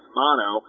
mono